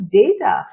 data